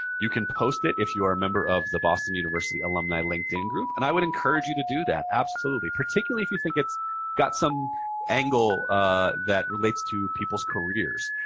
you can post it if you are a member of the boston university alumni linkedin group, and i would encourage you to do that, absolutely. particularly if you think it's got some angle that relates to people's careers.